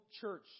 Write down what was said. church